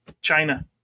China